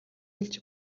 хэлж